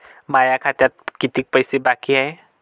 माया खात्यात कितीक पैसे बाकी हाय?